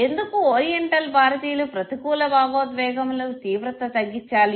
ఎందుకు ఓరియంటల్ భారతీయులు ప్రతికూల భావోద్వేగముల తీవ్రత తగ్గించాలి